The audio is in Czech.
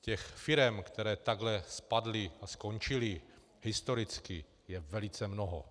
Těch firem, které takhle spadly a skončily historicky, je velice mnoho.